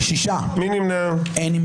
מי נמנע?